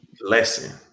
lesson